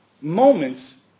moments